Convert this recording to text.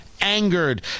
angered